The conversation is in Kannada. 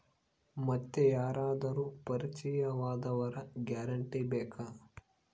ಮತ್ತೆ ಯಾರಾದರೂ ಪರಿಚಯದವರ ಗ್ಯಾರಂಟಿ ಬೇಕಾ?